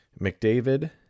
McDavid